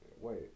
Wait